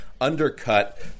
undercut